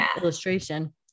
illustration